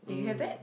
mm